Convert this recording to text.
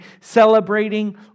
celebrating